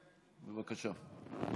בבקשה.